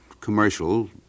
commercial